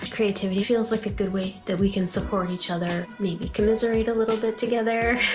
creativity feels like a good way that we can support each other, maybe commiserate a little bit together,